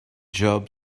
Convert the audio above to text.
job